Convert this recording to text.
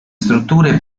strutture